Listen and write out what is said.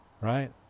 right